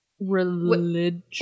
religion